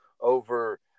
Over